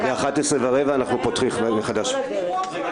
מנהלי הסיעות ונציגי הסיעות מתבקשים -- אני מבקש התייעצות סיעתית.